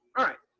right.